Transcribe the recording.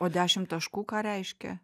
o dešim taškų ką reiškia